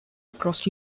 across